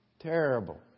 terrible